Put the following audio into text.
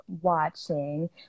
watching